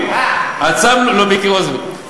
אתה יודע שרשות שדות התעופה,